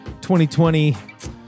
2020